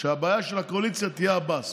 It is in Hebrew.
שהבעיה של הקואליציה תהיה עבאס.